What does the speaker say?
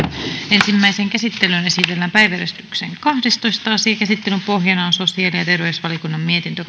ensimmäiseen käsittelyyn esitellään päiväjärjestyksen neljästoista asia käsittelyn pohjana on liikenne ja viestintävaliokunnan mietintö